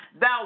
thou